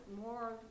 more